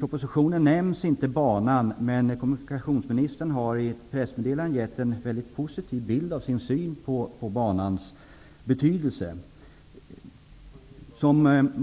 propositionen nämns inte banan. Men kommunikationsministern har i ett pressmeddelande gett en positiv bild av sin syn på banans betydelse.